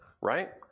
right